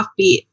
offbeat